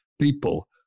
people